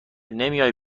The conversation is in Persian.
نمیای